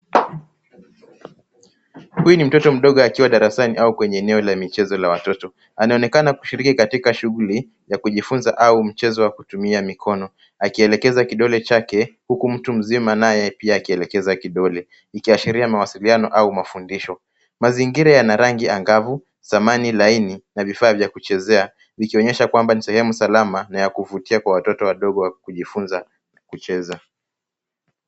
Huyu ni mtoto mdogo akiwa darasani au kwenye eneo la michezo la watoto. Anaonekana kushiriki katika shughuli, ya kujifunza au mchezo wa kutumia mikono, akielekeza kidole chake, huku mtu mzima naye pia akielekeza kidole. Ikiashiria mawasiliano au mafundisho. Mazingira yana rangi angavu, zamani laini, na vifaa vya kuchezea, ikionyesha kwamba ni sehemu salama, na ya kuvutia kwa watoto wadogo wa kujifunza kucheza.